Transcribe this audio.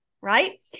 right